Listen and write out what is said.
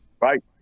Right